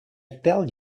tell